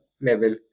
level